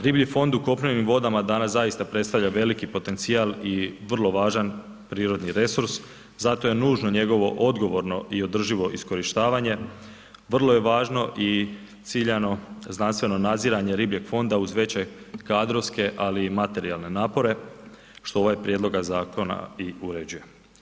Riblji fond u kopnenim vodama danas zaista predstavlja veliki potencijal i vrlo važan prirodni resurs zato je nužno njegovo odgovorno i održivo iskorištavanje, vrlo je važno i ciljano znanstveno nadziranje ribljeg fonda uz veće kadrovske, ali i materijalne napore što ovaj prijedlog zakona i uređuje.